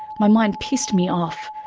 my mind pissed me off,